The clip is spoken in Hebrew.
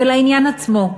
ולעניין עצמו,